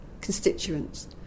constituents